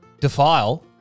Defile